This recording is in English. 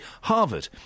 Harvard